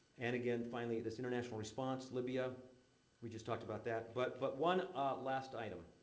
and again, finally, this international response libya we just talked about that but but one last item.